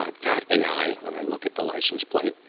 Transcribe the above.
ah that ai, when i look at the license plate,